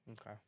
okay